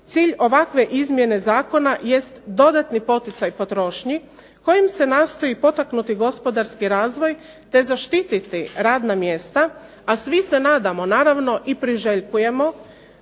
Cilj ovakve izmjene zakona jest dodatni poticaj potrošnji kojim se nastojati potaknuti gospodarski razvoj te zaštiti radna mjesta. A svi se nadamo naravno i priželjkujemo